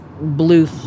blue